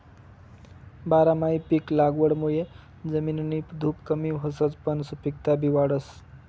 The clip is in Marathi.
बारमाही पिक लागवडमुये जमिननी धुप कमी व्हसच पन सुपिकता बी वाढस